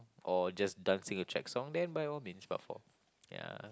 or just dancing a track song then by all means but for ya